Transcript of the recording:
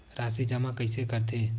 राशि जमा कइसे करथे?